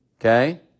Okay